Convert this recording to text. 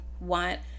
want